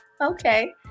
okay